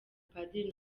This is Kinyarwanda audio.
padiri